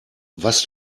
was